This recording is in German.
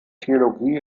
theologie